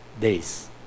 days